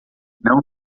não